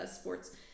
Sports